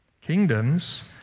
kingdoms